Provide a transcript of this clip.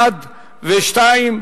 1 ו-2,